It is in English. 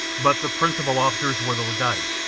but the principal officers were the legati,